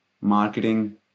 marketing